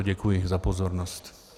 Děkuji za pozornost.